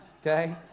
Okay